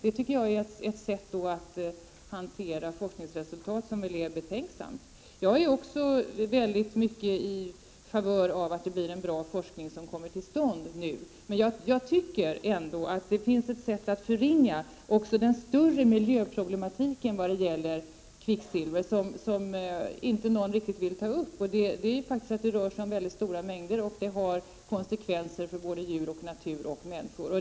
Det anser jag är ett betänksamt sätt att hantera forskningsresultat på. Jag är också mycket angelägen om att en bra forskning nu kommer till stånd. Men jag anser att man förringar också den större miljöproblematiken när det gäller kvicksilver, som inte någon vill ta på allvar. Det rör sig emellertid om stora mängder kvicksilver som får konsekvenser på djur, natur och människor.